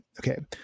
okay